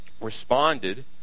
responded